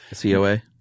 COA